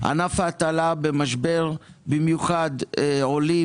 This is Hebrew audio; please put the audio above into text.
ענף ההטלה נמצא במשבר ונפגעים במיוחד עולים